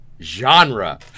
genre